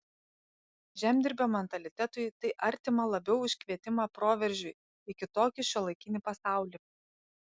žemdirbio mentalitetui tai artima labiau už kvietimą proveržiui į kitokį šiuolaikinį pasaulį